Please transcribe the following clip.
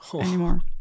anymore